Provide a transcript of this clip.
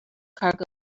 cargo